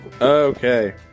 Okay